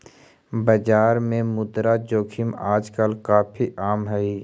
बाजार में मुद्रा जोखिम आजकल काफी आम हई